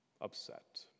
upset